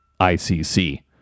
ICC